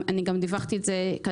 גם דיווחתי על זה לוועד.